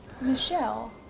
Michelle